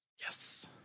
Yes